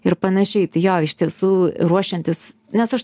ir panašiai tai jo iš tiesų ruošiantis nes aš